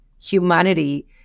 humanity